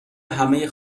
همه